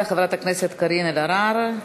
תודה רבה לחברת הכנסת קארין אלהרר.